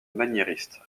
maniériste